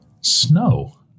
Snow